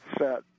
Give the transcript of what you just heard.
set